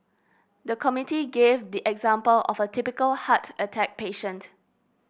the committee gave the example of a typical heart attack patient